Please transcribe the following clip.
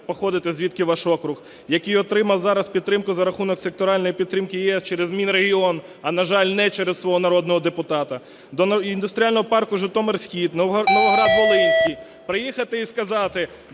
походите, звідки ваш округ, який отримав зараз підтримку за рахунок секторальної підтримки ЄС через Мінрегіон, а на жаль, не через свого народного депутата; до індустріального парку "Житомир-Схід", Новоград-Волинський. Приїхати і сказати: